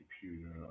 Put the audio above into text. computer